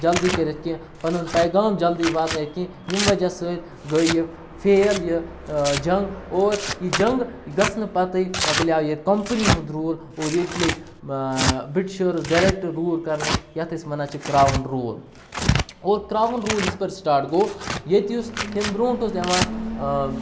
جلدی کٔرِتھ کینٛہہ پَنُن پیغام جلدی واتنٲوِتھ کینٛہہ ییٚمہِ وَجہ سۭتۍ گٔے یہِ فیل یہِ جنٛگ اور یہِ جنٛگ گژھنہٕ پَتَے مَکلیٛو یہِ کَمپٔنی ہُنٛد روٗل اور ییٚتہِ لٔگۍ بِرٛٹِشٲرٕز ڈٮ۪رٮ۪کٹ روٗل کَرنہِ یَتھ أسۍ وَنان چھِ کَرٛاوُن روٗل اور کرٛاوُن روٗل یِژ پھِر سٹاٹ گوٚو ییٚتہِ یُس ہیٚمہِ برونٛٹھ اور دِوان